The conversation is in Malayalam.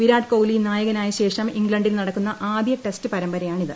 വിരാട് കോഹ്ലി നായകനായ ശേഷം ഇംഗ്ലണ്ടിൽ നടക്കുന്ന ആദ്യ ടെസ്റ്റ് പരമ്പരയാണിത്